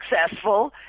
successful